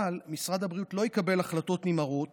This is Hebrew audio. אבל משרד הבריאות לא יקבל החלטות נמהרות